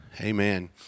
Amen